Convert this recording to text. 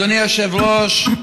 אדוני היושב-ראש,